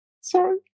Sorry